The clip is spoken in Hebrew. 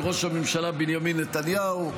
על ראש הממשלה בנימין נתניהו.